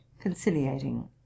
conciliating